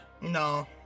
No